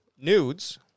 nudes